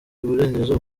burengerazuba